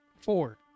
Four